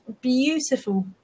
beautiful